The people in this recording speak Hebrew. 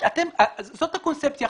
זאת הקונספציה.